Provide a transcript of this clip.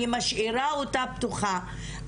אני משאירה אותה פתוחה,